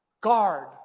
guard